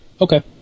Okay